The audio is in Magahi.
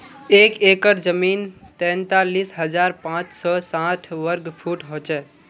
एक एकड़ जमीन तैंतालीस हजार पांच सौ साठ वर्ग फुट हो छे